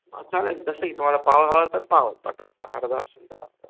हां चालेल कसंही तुम्हाला पाव हवा तर पाव पाठवतो अर्धा असेल तर अर्धा